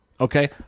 Okay